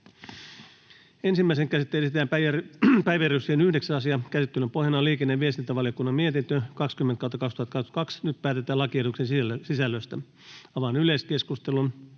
Ensimmäiseen käsittelyyn esitellään päiväjärjestyksen 14. asia. Käsittelyn pohjana on lakivaliokunnan mietintö LaVM 23/2022 vp. Nyt päätetään lakiehdotuksen sisällöstä. — Avaan yleiskeskustelun.